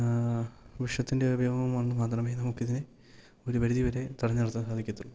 വിഷത്തിൻ്റെ ഉപയോഗം കൊണ്ട് മാത്രമേ നമുക്കിതിനെ ഒരു പരിധി വരെ തടഞ്ഞ് നിർത്താൻ സാധിക്കത്തുള്ളു